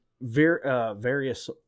various